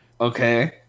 Okay